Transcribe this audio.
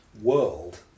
world